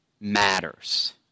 matters